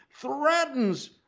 threatens